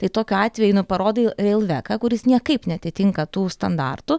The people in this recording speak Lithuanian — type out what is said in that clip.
tai tokiu atveju nu parodai reilveką kuris niekaip neatitinka tų standartų